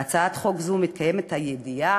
בהצעת חוק זו מתקיימת הידיעה,